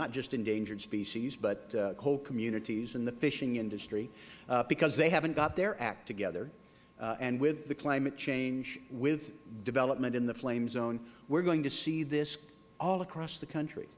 not just endangered species but coal communities and the fishing industry because they haven't got their act together and with the climate change with development in the flame zone we are going to see this all across the country